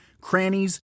crannies